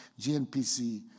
GNPC